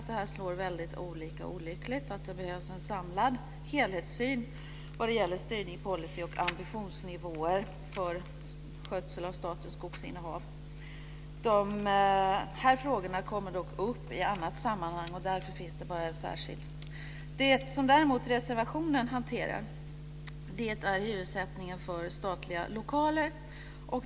Det slår olika. Det behövs en samlad helhetssyn vad gäller styrning, policy och ambitionsnivåer för skötsel av statens skogsinnehav. De frågorna kommer dock upp i ett annat sammanhang. Därför finns det bara ett särskilt yttrande. Det som däremot reservationen hanterar gäller hyressättningen för statliga lokaler.